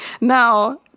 Now